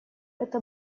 это